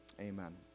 amen